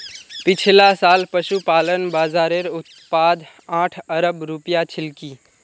पिछला साल पशुपालन बाज़ारेर उत्पाद आठ अरब रूपया छिलकी